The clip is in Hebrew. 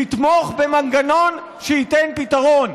לתמוך במנגנון שייתן פתרון.